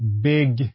big